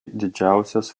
didžiausias